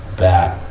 that,